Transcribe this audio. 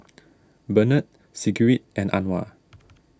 Benard Sigrid and Anwar